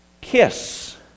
kiss